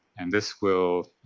and this will